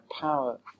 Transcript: power